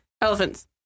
elephants